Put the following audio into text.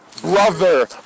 Brother